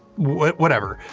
whatever.